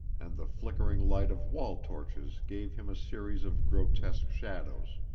and the flickering light of wall-torches gave him a series of grotesque shadows.